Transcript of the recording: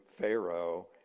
Pharaoh